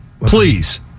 Please